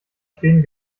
stehen